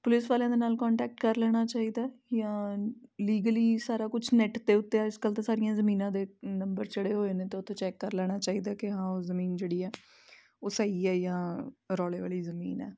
police ਵਾਲਿਆਂ ਦੇ ਨਾਲ ਕੋਂਟੈਕਟ ਕਰ ਲੈਣਾ ਚਾਹੀਦਾ ਜਾਂ ਲੀਗਲੀ ਸਾਰਾ ਕੁਛ ਨੈਟ ਦੇ ਉੱਤੇ ਅੱਜ ਕੱਲ੍ਹ ਤਾਂ ਸਾਰੀਆਂ ਜਮੀਨਾਂ ਦੇ ਨੰਬਰ ਚੜੇ ਹੋਏ ਨੇ ਤਾਂ ਉੱਥੋਂ ਚੈੱਕ ਕਰ ਲੈਣਾ ਚਾਹੀਦਾ ਕਿ ਹਾਂ ਉਹ ਜਮੀਨ ਜਿਹੜੀ ਹੈ ਉਹ ਸਹੀ ਹੈ ਜਾਂ ਰੌਲੇ ਵਾਲੀ ਜਮੀਨ ਹੈ